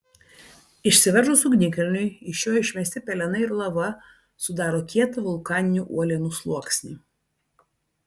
išsiveržus ugnikalniui iš jo išmesti pelenai ir lava sudaro kietą vulkaninių uolienų sluoksnį